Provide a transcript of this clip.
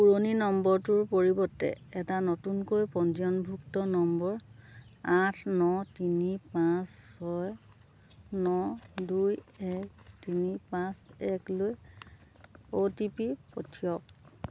পুৰণি নম্বৰটোৰ পৰিৱৰ্তে এটা নতুনকৈ পঞ্জীয়নভুক্ত নম্বৰ আঠ ন তিনি পাঁচ ছয় ন দুই এক তিনি পাঁচ একলৈ অ'টিপি পঠিয়াওক